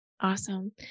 Awesome